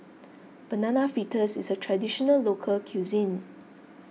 Banana Fritters is a Traditional Local Cuisine